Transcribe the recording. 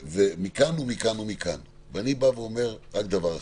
אני אומר רק דבר אחד.